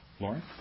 Lauren